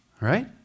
Right